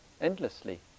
endlessly